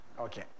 Okay